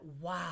wow